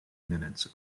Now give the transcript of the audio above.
minutes